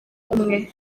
umwe